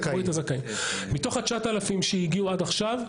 מתוך ה-9,000 שהגיעו עד עכשיו,